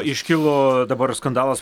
iškilo dabar skandalas